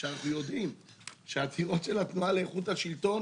כשאנחנו יודעים שהעתירות של התנועה לאיכות השלטון,